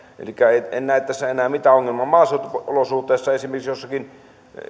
elikkä en en näe tässä enää mitään ongelmaa maaseutuolosuhteissa esimerkiksi jossakin